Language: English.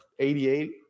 88